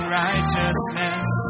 righteousness